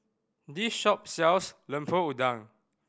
this shop sells Lemper Udang